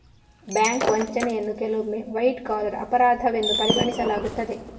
bank ವಂಚನೆಯನ್ನು ಕೆಲವೊಮ್ಮೆ white collar ಅಪರಾಧವೆಂದು ಪರಿಗಣಿಸಲಾಗುತ್ತದೆ